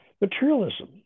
materialism